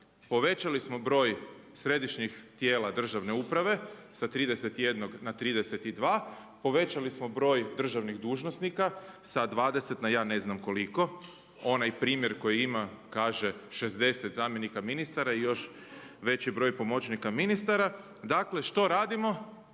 povećali smo broj središnjih tijela državne uprave sa 31 na 31, povećali smo broj državnih dužnosnika sa 20, na ja ne znam koliko onaj primjer koji ima kaže 60 zamjenika ministara i još veći broj pomoćnika ministara. Dakle, što radimo?